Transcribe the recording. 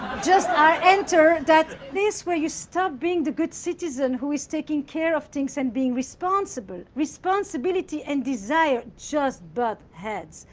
just ah enter that place where you stop being the good citizen who is taking care of things and being responsible. responsibility and desire just butt heads.